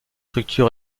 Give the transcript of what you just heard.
structures